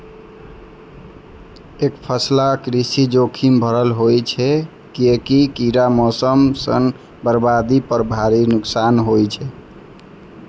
एकफसला कृषि जोखिम भरल होइ छै, कियैकि कीड़ा, मौसम सं बर्बादी पर भारी नुकसान होइ छै